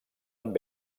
amb